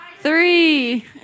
three